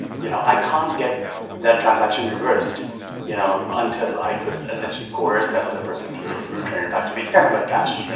you know i can't get that transaction reversed you know until i could essentially course that other person to return it back to me. it's kind of like cash,